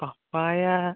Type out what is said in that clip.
പപ്പായ